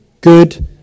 good